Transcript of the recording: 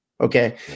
Okay